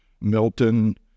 Milton